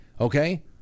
Okay